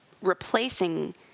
replacing